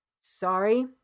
Sorry